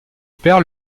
père